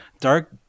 dark